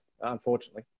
unfortunately